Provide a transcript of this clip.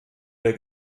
der